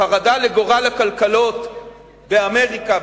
החרדה לגורל הכלכלות באמריקה,